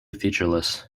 featureless